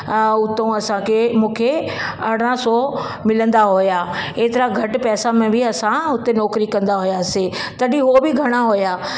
उतो असांखे मूंखे अरिड़ह सौ मिलंदा हुआ एतिरा घटि पैसा में बि असां हुते नौकरी कंदा हुआसीं तॾहिं उहो बि घणा हुआ